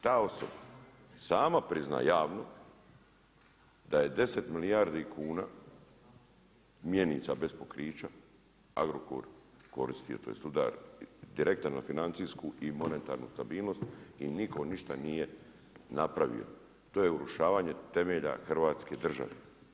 Ta osoba sama priznaje javno da je 10 milijardi kuna mjenica bez pokrića, Agrokor koristio tj. udar direktan na financijsku i monetarnu stabilnost i nitko ništa nije napravio, to je urušavanje temelja hrvatske države.